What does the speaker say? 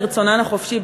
לאו דווקא מרצונן החופשי,